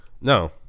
No